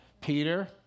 Peter